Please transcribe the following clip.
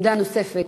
עמדה נוספת.